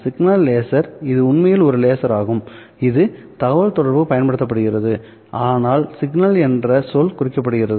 signal laser இது உண்மையில் ஒரு லேசர் ஆகும் இது தகவல்தொடர்புக்கு பயன்படுத்தப்படுகிறது ஆனால் சிக்னல் என்ற சொல் குறிக்கப்படுகிறது